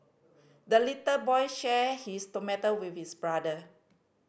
the little boy shared his tomato with his brother